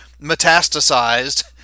metastasized